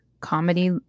comedy